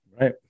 Right